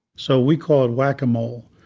so we call it whack-a-mole,